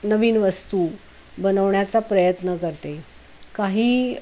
नवीन वस्तू बनवण्याचा प्रयत्न करते काही